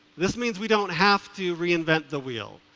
this means we don't have to reinvent the wheel,